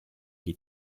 che